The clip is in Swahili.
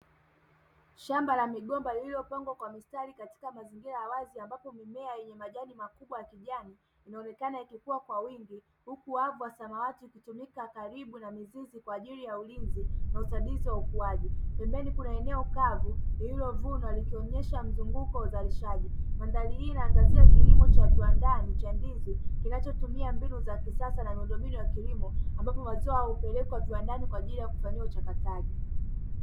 Shamba la migomba lililopangwa kwa mistari katika mazingira ya wazi ambapo mimea yenye majani makubwa ya kijani inaonekana ikikua kwa wingi huku wavu wa samawati ukitumika karibu na mizizi kwa ajili ya ulinzi na usaidizi wa ukuaji. Pembeni kuna eneo kavu lililovunwa likionyesha mzunguko wa uzalishaji. Mandhari hii inaangazia kilimo cha viwandani cha ndizi kinachotumia mbinu za kisasa na miundombinu ya kilimo ambapo mazao hupelekwa viwandani kwa ajili ya kufanyiwa uchakataji.